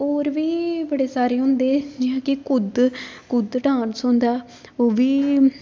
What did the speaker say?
होर बी बड़े सारे होंदे जियां कि कुद्ध कुद्ध डान्स होंदा ऐ ओह् बी